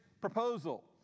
proposal